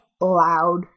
loud